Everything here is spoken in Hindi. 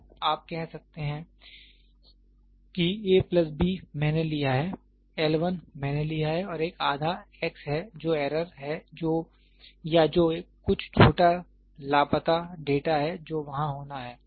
तो आप कह सकते हैं कि a प्लस b मैंने लिया है L 1 मैंने लिया है और एक आधा x है जो एरर है या जो कुछ छोटा लापता डेटा है जो वहां होना है